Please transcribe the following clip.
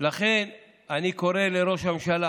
לכן אני קורא לראש הממשלה